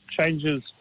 changes